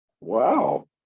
Wow